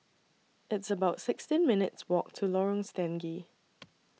It's about sixteen minutes' Walk to Lorong Stangee